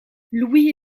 louis